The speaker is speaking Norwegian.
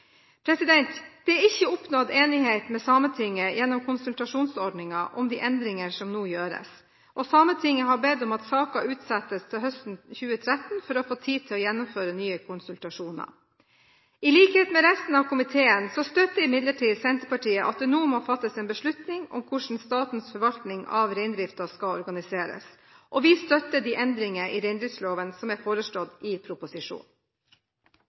Det er ikke er oppnådd enighet med Sametinget gjennom konsultasjonsordningen om de endringer som nå gjøres, og Sametinget har bedt om at saken utsettes til høsten 2013 for å få tid til å gjennomføre nye konsultasjoner. I likhet med resten av komiteen støtter imidlertid Senterpartiet at det nå må fattes en beslutning om hvordan statens forvaltning av reindriften skal organiseres, og vi støtter de endringer i reindriftsloven som er foreslått i proposisjonen.